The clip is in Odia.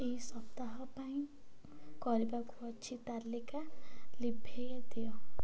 ଏହି ସପ୍ତାହ ପାଇଁ କରିବାକୁ ଅଛି ତାଲିକା ଲିଭାଇ ଦିଅ